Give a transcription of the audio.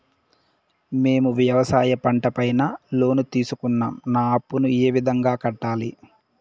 మేము వ్యవసాయ పంట పైన లోను తీసుకున్నాం నా అప్పును ఏ విధంగా కట్టాలి